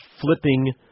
flipping